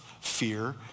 fear